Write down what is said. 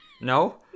No